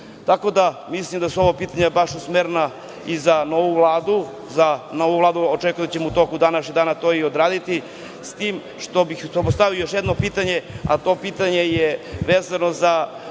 roditelje. Mislim da su ova pitanja baš usmerena i za novu Vladu. Očekujem da ćemo u toku današnjeg dana to i odraditi, s tim što bih postavio još jedno pitanje, a to pitanje je vezano za